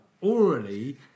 orally